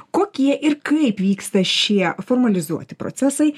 kokie ir kaip vyksta šie formalizuoti procesai